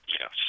Yes